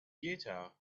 guitar